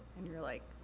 and you're like,